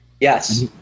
Yes